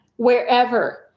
wherever